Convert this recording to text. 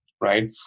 right